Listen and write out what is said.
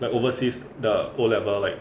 like overseas the O level like